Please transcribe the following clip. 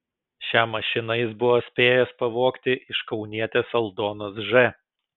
šią mašiną jis buvo spėjęs pavogti iš kaunietės aldonos ž